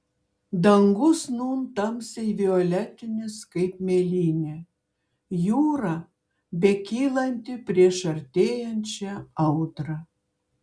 dangus nūn tamsiai violetinis kaip mėlynė jūra bekylanti prieš artėjančią audrą